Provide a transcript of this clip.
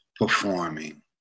performing